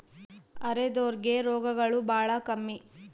ಅರೆದೋರ್ ಗೆ ರೋಗಗಳು ಬಾಳ ಕಮ್ಮಿ